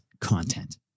content